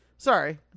Sorry